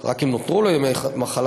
רק אם נותרו לו ימי מחלה,